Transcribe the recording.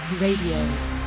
Radio